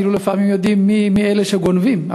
לפעמים אפילו יודעים מי הם אלה שגונבים,